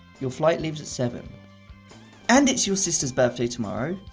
your flight leaves at seven and it's your sister's birthday tomorrow